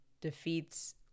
defeats